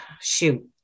shoot